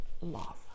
love